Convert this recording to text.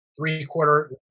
three-quarter